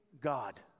God